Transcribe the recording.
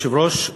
אדוני היושב-ראש,